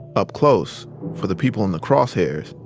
up close, for the people in the crosshairs,